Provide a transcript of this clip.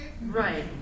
right